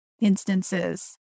instances